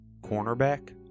cornerback